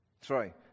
Sorry